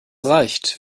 reicht